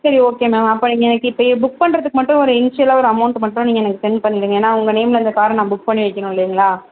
சரி okay ma'am அப்போ நீங்கள் எனக்கு இப்போயே புக் பண்ணுறதுக்கு மட்டும் ஒரு இன்ஷியலா ஒரு அமௌண்ட் மட்டும் நீங்கள் எனக்கு செண்ட் பண்ணிடுங்க ஏன்னா உங்கள் நேமில் இந்த கார நான் புக் பண்ணி வைக்கணும் இல்லைங்களா